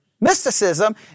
mysticism